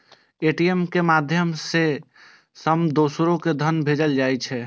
ATM के माध्यम सं दोसरो कें धन भेजल जा सकै छै